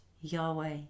Yahweh